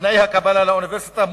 בתנאי הקבלה לאוניברסיטה,